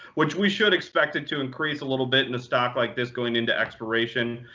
which we should expect it to increase a little bit in a stock like this, going into expiration,